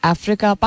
Africa